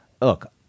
look